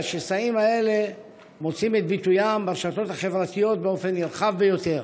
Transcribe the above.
השסעים מוצאים את ביטוים ברשתות החברתיות באופן נרחב ביותר.